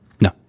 no